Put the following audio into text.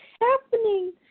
happening